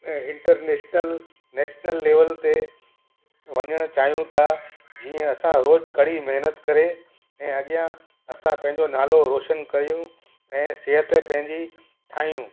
ऐं international national level ते वञण चाहियूं था जीअं असां रोज़ु कड़ी महिनत करे ऐं अॻियां असां पंहिंजो नालो रोशन कयूं ऐं सिहत पंहिंजी ठाहियूं